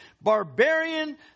barbarian